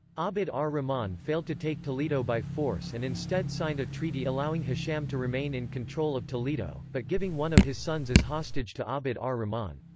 abd ah ar-rahman failed to take toledo by force and instead signed a treaty allowing hisham to remain in control of toledo, but giving one of his sons as hostage to abd ah ar-rahman.